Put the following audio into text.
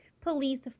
police